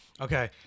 Okay